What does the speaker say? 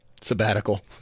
sabbatical